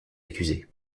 accuser